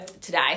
today